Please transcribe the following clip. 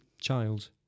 child